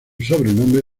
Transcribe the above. sobrenombre